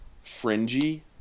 fringy